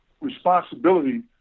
responsibility